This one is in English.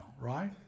right